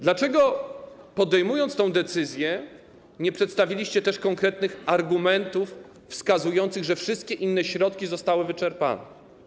Dlaczego podejmując tę decyzję, nie przedstawiliście też konkretnych argumentów wskazujących, że wszystkie inne środki zostały wyczerpane?